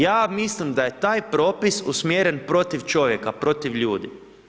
Ja mislim da je taj propis usmjeren protiv čovjeka, protiv ljudi.